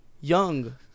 young